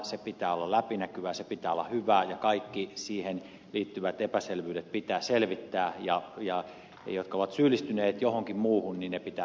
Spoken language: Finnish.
sen pitää olla läpinäkyvää sen pitää olla hyvää ja kaikki siihen liittyvät epäselvyydet pitää selvittää ja ne henkilöt jotka ovat syyllistyneet johonkin muuhun pitää tuomita